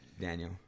Daniel